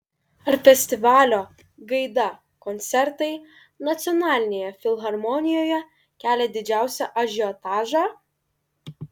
ar festivalio gaida koncertai nacionalinėje filharmonijoje kelia didžiausią ažiotažą